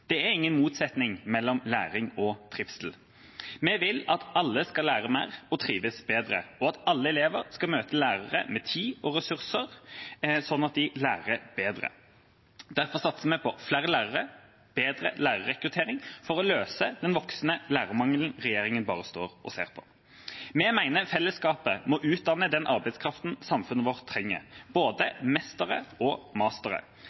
Det er ingen motsetning mellom læring og trivsel. Vi vil at alle skal lære mer og trives bedre, og at alle elever skal møte lærere med tid og ressurser, sånn at de lærer bedre. Derfor satser vi på flere lærere, bedre lærerrekruttering, for å løse den voksende lærermangelen regjeringa bare står og ser på. Vi mener fellesskapet må utdanne den arbeidskraften samfunnet vårt trenger, både mestere og mastere.